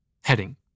Heading